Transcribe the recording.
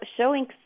showing